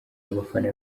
abafana